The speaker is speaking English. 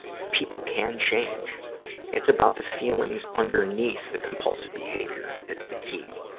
people can change it's about the feelings underneath the compulsive behavior that's the key.